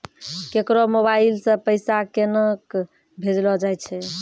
केकरो मोबाइल सऽ पैसा केनक भेजलो जाय छै?